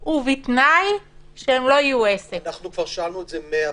כבר שאלנו את זה 100 פעמים.